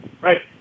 right